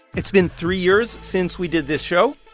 it's been three years since we did this show.